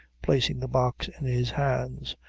placing the box in his hands.